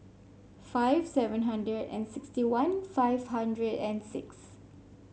five seven hundred and sixty one five hundred and six